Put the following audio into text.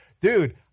dude